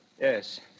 Yes